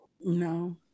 No